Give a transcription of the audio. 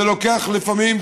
לוקח לפעמים,